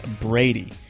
Brady